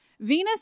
Venus